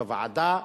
בוועדה.